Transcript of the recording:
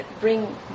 bring